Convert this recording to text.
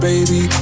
Baby